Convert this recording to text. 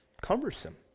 cumbersome